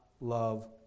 love